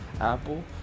Apple